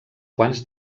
quants